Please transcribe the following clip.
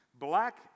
black